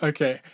Okay